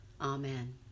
Amen